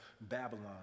Babylon